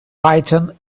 python